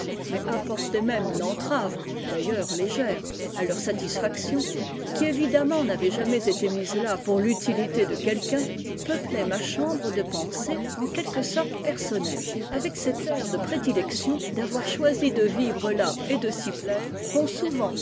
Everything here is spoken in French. mais apportaient t même une entrave d'ailleurs légère à leur satisfaction qui évidemment n'avaient jamais été mises là pour l'utilité de quelqu'un peuplaient ma chambre de pensées en quelque sorte personnelles avec cet air de prédilection d'avoir choisi de vivre là et de s'y plaire qu'ont souvent